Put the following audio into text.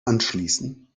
anschließen